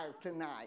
tonight